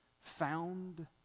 found